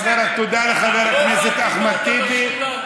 לפחות פעם אחת תגיד מה אתה משאיר לנו.